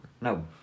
No